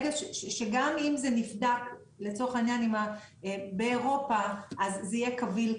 שגם אם זה נבדק לצורך העניין באירופה אז זה יהיה קביל כאן,